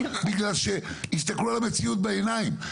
זה בגלל שהסתכלו על המציאות בעיניים.